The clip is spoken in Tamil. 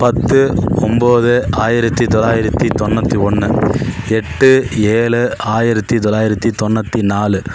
பத்து ஒன்போது ஆயிரத்தி தொள்ளாயிரத்தி தொண்ணூத்தி ஒன்று எட்டு ஏழு ஆயிரத்தி தொள்ளாயிரத்தி தொண்ணூத்தி நாலு